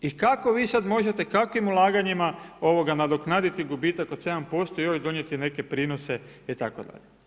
I kako vi sada možete, kakvim ulaganjima nadoknaditi gubitak od 7% i još donijeti neke prinose itd.